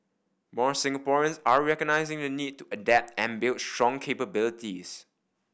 more Singaporeans are recognising the need to adapt and build strong capabilities